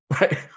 right